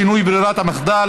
שינוי ברירת המחדל),